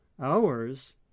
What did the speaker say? hours